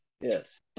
Yes